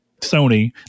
Sony